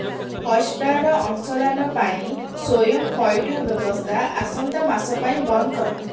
ହଟ୍ଷ୍ଟାର୍ର ଅଂଶଦାନ ପାଇଁ ସ୍ଵୟଂ ପଇଠ ବ୍ୟବସ୍ଥା ଆସନ୍ତା ମାସ ପାଇଁ ବନ୍ଦ କର